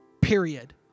period